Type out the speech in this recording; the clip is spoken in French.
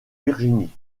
virginie